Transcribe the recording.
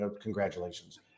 congratulations